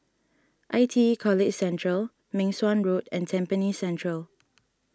I T E College Central Meng Suan Road and Tampines Central